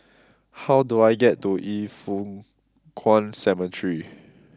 how do I get to Yin Foh Kuan Cemetery